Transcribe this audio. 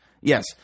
Yes